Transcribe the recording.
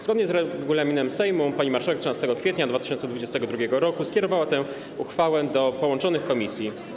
Zgodnie z regulaminem Sejmu pani marszałek 13 kwietnia 2022 r. skierowała tę uchwałę do połączonych komisji.